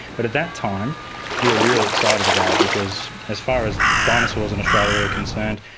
but at that time we were really excited about it, because as far as dinosaurs in australia were concerned,